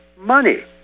money